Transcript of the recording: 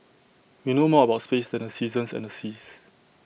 we know more about space than the seasons and the seas